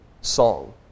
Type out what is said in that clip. song